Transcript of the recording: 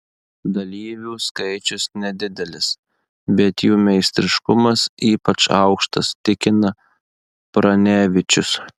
dalyvių skaičius nedidelis bet jų meistriškumas ypač aukštas tikina pranevičius